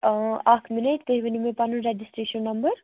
اکھ مِنٹ تُہۍ ؤنِو مےٚ پَنُن رَجیسٹریشن نمبر